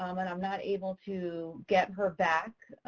um and i'm not able to get her back,